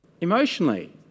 Emotionally